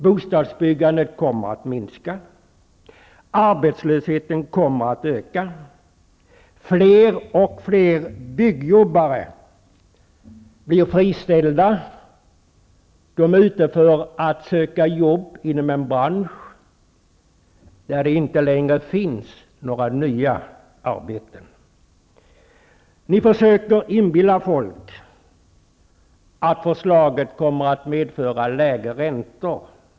Bostadsbyggandet kommer att minska, arbetslösheten kommer att öka, fler och fler byggjobbare blir friställda och är ute för att söka jobb inom en bransch där det inte längre finns några nya arbeten. Ni försöker inbilla folk att förslaget kommer att medföra lägre räntor.